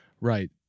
Right